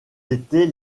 étaient